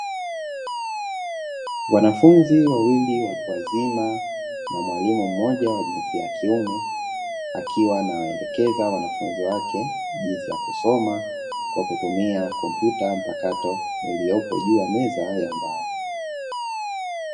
Wanafunzi wawili watu wazima, na mwalimu mmoja wa jinsia ya kiume, akiwa anamwelekeza wanafunzi wake jinsi ya kusoma kwa kutumia kompyuta mpakato iliyopo juu ya meza ya mbao.